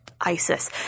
ISIS